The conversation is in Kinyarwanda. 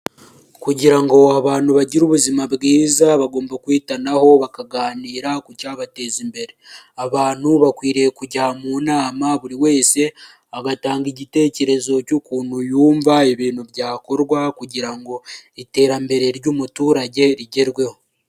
Kugira ngo abantu bagire ubuzima bwiza bagomba kwitanaho bakaganira ku cyabateza imbere abantu bakwiriye kujya mu nama buri wese agatanga igitekerezo cy'ukuntu yumva ibintu byakorwa kugira ngo iterambere ry'umuturage rigerweho.